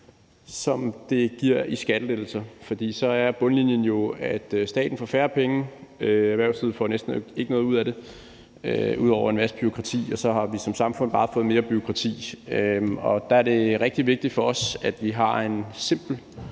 som det giver skattelettelser. For så er bundlinjen jo, at staten får færre penge, og erhvervslivet får næsten ikke noget ud af det ud over en masse bureaukrati, og så har vi som samfund bare fået mere bureaukrati. Der er det rigtig vigtigt for os, at vi har en simpel